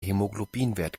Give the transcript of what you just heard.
hämoglobinwert